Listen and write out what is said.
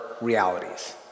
realities